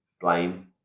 blame